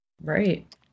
Right